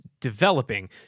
developing